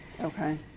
Okay